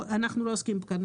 אנחנו לא עוסקים בזה כאן.